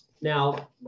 now